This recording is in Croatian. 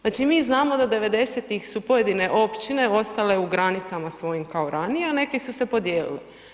Znači, mi znamo da 90-ih su pojedine općine ostale u granicama svojim kao ranije, a neke su se podijelile.